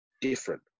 different